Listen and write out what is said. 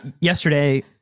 yesterday